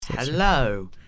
Hello